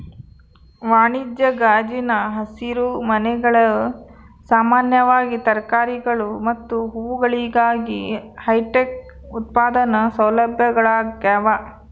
ವಾಣಿಜ್ಯ ಗಾಜಿನ ಹಸಿರುಮನೆಗಳು ಸಾಮಾನ್ಯವಾಗಿ ತರಕಾರಿಗಳು ಮತ್ತು ಹೂವುಗಳಿಗಾಗಿ ಹೈಟೆಕ್ ಉತ್ಪಾದನಾ ಸೌಲಭ್ಯಗಳಾಗ್ಯವ